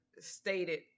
stated